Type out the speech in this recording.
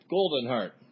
Goldenheart